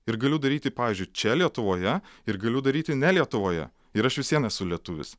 ir galiu daryti pavyzdžiui čia lietuvoje ir galiu daryti ne lietuvoje ir aš vis vien esu lietuvis